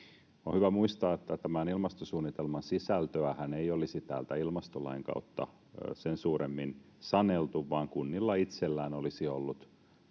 On hyvä muistaa, että tämän ilmastosuunnitelman sisältöähän ei olisi täältä ilmastolain kautta sen suuremmin saneltu vaan kunnilla itsellään olisi ollut